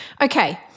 okay